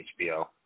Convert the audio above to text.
HBO